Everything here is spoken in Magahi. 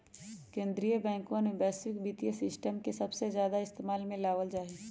कीन्द्रीय बैंकवन में वैश्विक वित्तीय सिस्टम के सबसे ज्यादा इस्तेमाल में लावल जाहई